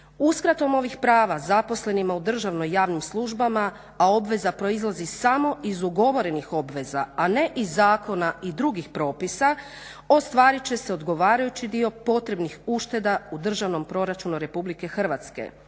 Uskratom ovih prava zaposlenima u državno-javnim službama a obveza proizlazi samo iz ugovorenih obveza, a ne iz zakona i drugih propisa ostvarit će se odgovarajući dio potrebnih ušteda u državnom proračunu RH.